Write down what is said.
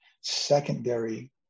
secondary